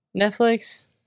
Netflix